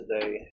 today